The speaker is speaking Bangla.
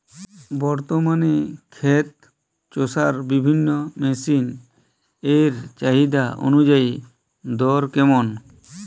বর্তমানে ক্ষেত চষার বিভিন্ন মেশিন এর চাহিদা অনুযায়ী দর কেমন?